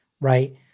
right